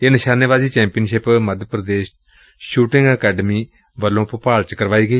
ਇਹ ਨਿਸ਼ਾਨੇਬਾਜ਼ੀ ਚੈਪੀਅਨਸ਼ਿਪ ਮੱਧ ਪ੍ਰਦੇਸ਼ ਸੂਟਿੰਗ ਅਕੈਡਮੀ ਵੱਲੋ ਭੋਪਾਲ ਚ ਕਰਵਾਈ ਗਈ